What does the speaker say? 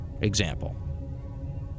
example